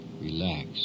Relax